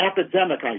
epidemic